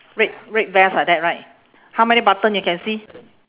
red red vest like that right how many button you can see